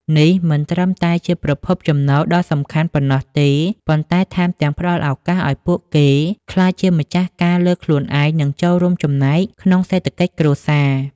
នេះមិនត្រឹមតែជាប្រភពចំណូលដ៏សំខាន់ប៉ុណ្ណោះទេ ប៉ុន្តែថែមទាំងផ្តល់ឱកាសឱ្យពួកគេក្លាយជាម្ចាស់ការលើខ្លួនឯង និងចូលរួមចំណែកក្នុងសេដ្ឋកិច្ចគ្រួសារ។